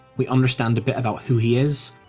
we understand a bit about who he is,